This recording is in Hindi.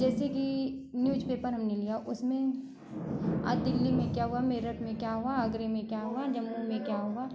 जैसे कि न्यूज पेपर हमने लिया उसमें आज दिल्ली में क्या हुआ मेरठ में क्या हुआ आगरे में क्या हुआ जंगल में क्या हुआ